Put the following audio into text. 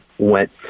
went